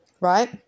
right